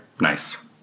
Nice